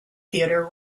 theatre